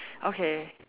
okay